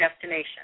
destination